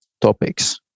topics